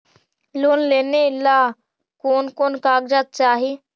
Loan लेने ला कोन कोन कागजात चाही?